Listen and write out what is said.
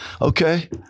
Okay